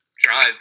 Drive